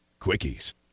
quickies